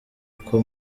uko